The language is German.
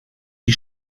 die